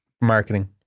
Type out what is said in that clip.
marketing